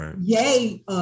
yay